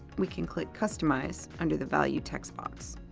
we can click customize under the value text box.